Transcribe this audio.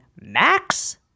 Max